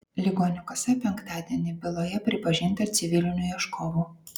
ligonių kasa penktadienį byloje pripažinta civiliniu ieškovu